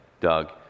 Doug